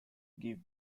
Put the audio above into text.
give